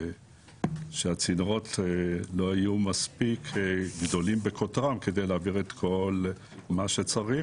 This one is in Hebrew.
שבה הצינורות לא היו מספיק גדולים בקוטרם כדי להעביר את כל מה שצריך,